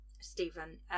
Stephen